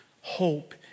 Hope